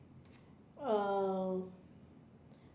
uh